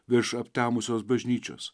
virš aptemusios bažnyčios